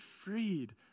freed